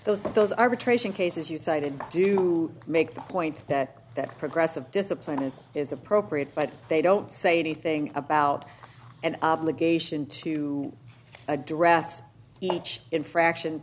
that those arbitration cases you cited do make the point that that progressive discipline is is appropriate but they don't say anything about and obligation to address each infraction